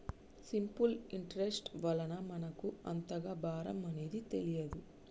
simple interest వలన మనకు అంతగా భారం అనేది తెలియదు